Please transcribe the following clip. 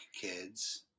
kids